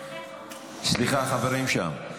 סליחה, חברים שם.